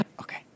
Okay